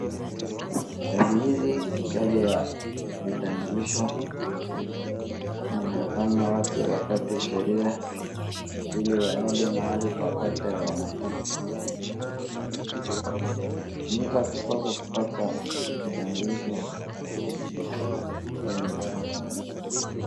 Kadi hizi ni kadi ya vitambulisho, inafanya watu wapate sheria ili waende mahali popote wanataka kwenda. Mtu akikosa kupata kitambulisho, hio ni makosa.